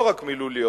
לא רק מילוליות,